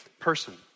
person